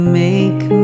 make